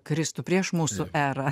kristų prieš mūsų erą